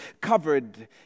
covered